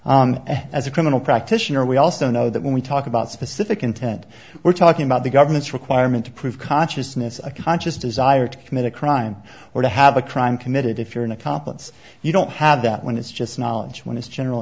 a criminal practitioner we also know that when we talk about specific intent we're talking about the government's requirement to prove consciousness a conscious desire to commit a crime or to have a crime committed if you're an accomplice you don't have that when it's just knowledge when it's general